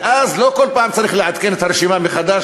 ואז לא כל פעם צריך לעדכן את הרשימה מחדש,